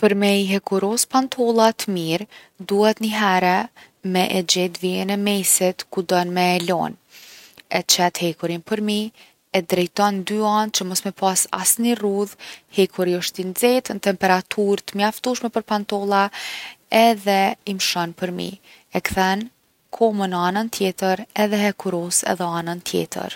Për me i hekuros pantollat mirë, duhet nihere me e gjet vijën e mesit ku don me e lon. E qet hekurin përmi, e drejton n’dy ant që mos me pas asni rrudhë. Hekuri osht i nxeht, n’temperaturë t’mjaftushme për pantolla, edhe i mshon përmi. E kthen komën në anën tjetër edhe e hekuros anën tjetër.